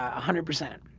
a hundred percent.